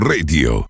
Radio